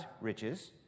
riches